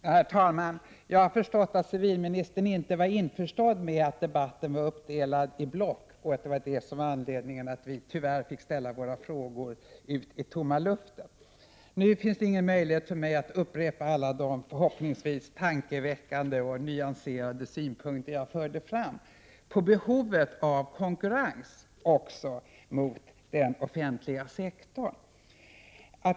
Herr talman! Jag har förstått att civilministern inte var införstådd med att debatten var uppdelad i block och att detta var anledningen till att vi tyvärr fick ställa våra frågor ut i tomma luften. Nu finns ingen möjlighet för mig att upprepa alla de förhoppningsvis tankeväckande och nyanserade synpunkter jag förde fram på behovet av konkurrens också när det gäller den offentliga sektorn.